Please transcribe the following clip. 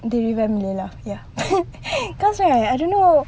they revamp layla ya cause right I don't know